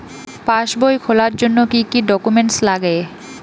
পাসবই খোলার জন্য কি কি ডকুমেন্টস লাগে?